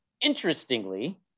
Interestingly